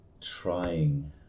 trying